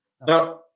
No